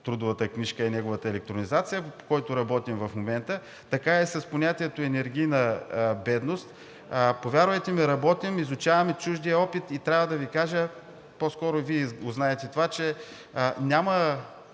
е много сложен и неговата електронизация, по който работим в момента. Така е и с понятието „енергийна бедност“. Повярвайте ми, работим, изучаваме чуждия опит и трябва да Ви кажа – по-скоро Вие го знаете това, че в